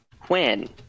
Quinn